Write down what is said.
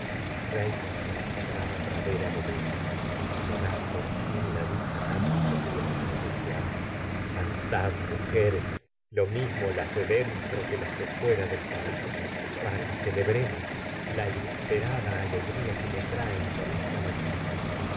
reinas en la sagrada pradera del eta deseada las me das fin la dicha tanto tiempo cantad de mujeres lo para mismo las que de dentro que de fuera palacio celebremos la inespe rada alegría que me traen el con esta noticia